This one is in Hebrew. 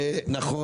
נכון,